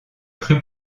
cru